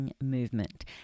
movement